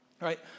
right